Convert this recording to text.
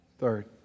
Third